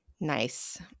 Nice